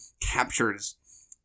captures